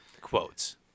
quotes